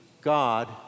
God